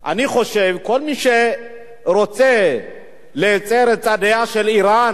אני חושב, כל מי שרוצה להצר את צעדיה של אירן,